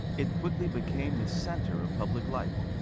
it quickly became the center of public life.